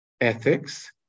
ethics